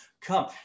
come